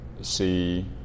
see